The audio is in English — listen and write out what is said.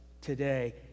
today